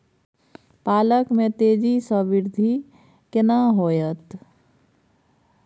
पालक में तेजी स वृद्धि केना होयत?